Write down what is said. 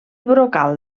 brocal